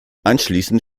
anschließend